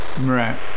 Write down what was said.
Right